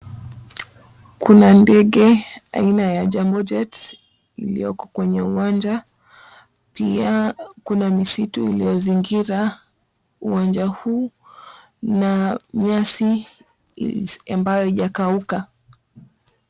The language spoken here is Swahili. Kuna ndege aina ya Jambo jet iliyoko kwenye uwanja, pia kuna misitu iliyozingira uwanja huu na nyasi ambayo haijakauka.